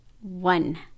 one